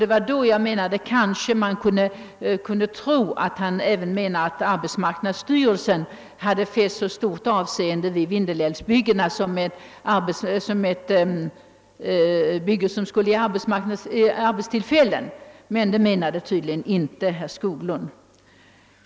Det var då jag menade att man av hans anförande kunde få uppfattningen att även arbetsmarknadsstyrelsen hade fäst stort avseende vid Vindelälvsbyggena såsom byggen, vilka skulle ge arbetstillfällen. Men det menade tydligen inte herr Skoglund.